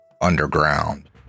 underground